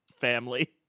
family